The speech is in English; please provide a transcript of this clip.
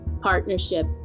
partnership